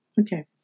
Okay